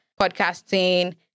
podcasting